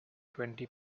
twenty